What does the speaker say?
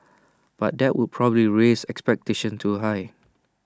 but that would probably raise expectations too high